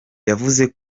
yavuze